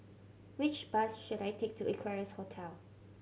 which bus should I take to Equarius Hotel